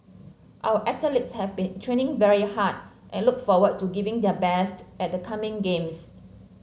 our athletes have been training very hard and look forward to giving their best at the coming games